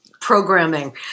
programming